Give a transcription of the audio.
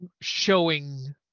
showing